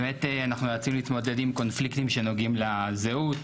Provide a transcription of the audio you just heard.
ובאמת אנחנו מנסים להתמודד עם קונפליקטים שנוגעים לזהות,